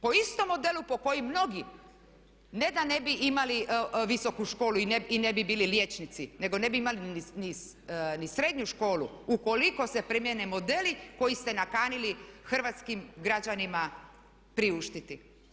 Po istom modelu po kojem mnogi ne da ne bi imali visoku školu i ne bi bili liječnici nego ne bi imali ni srednju školu ukoliko se primjene modeli koje ste nakanili hrvatskim građanima priuštiti.